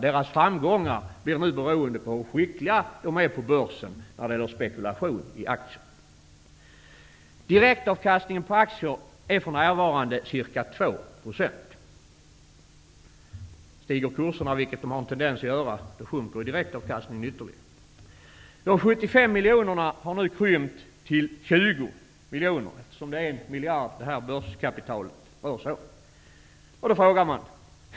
Deras framgångar blir nu beroende av hur skickliga de är på börsen och i att spekulera i aktier. Direktavkastningen på aktier är för närvarande ca 2 %. Om kurserna stiger, vilket de har en tendens att göra, sjunker direktavkastningen ytterligare. De 75 miljonerna har nu krympt till 20 miljoner. Börskapitalet rör sig om 1 miljard kronor.